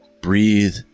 breathe